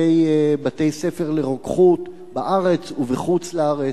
בתי-ספר לרוקחות בארץ ובחוץ-לארץ,